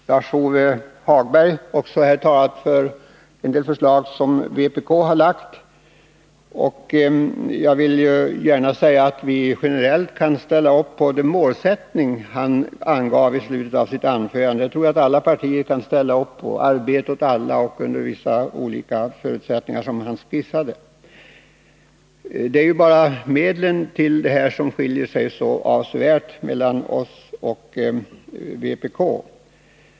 Lars-Ove Hagberg har här talat för en del förslag som vpk har lagt fram. Jag vill gärna framhålla att vi generellt kan ställa upp när det gäller den målsättning som han angav i slutet av sitt anförande. Jag tror att alla partier kan ställa upp på den. Det gäller arbete åt alla och under vissa förutsättningar, som han skissade. Det är bara i fråga om medlen som våra och vpk:s uppfattningar så avsevärt skiljer sig.